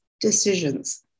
decisions